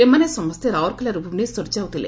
ଏମାନେ ସମସ୍ତେ ରାଉରକେଲାରୁ ଭୁବନେଶ୍ୱର ଯାଉଥିଲେ